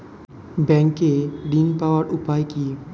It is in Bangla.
ব্যাংক ঋণ পাওয়ার উপায় কি?